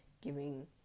giving